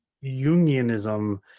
unionism